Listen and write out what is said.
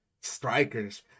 Strikers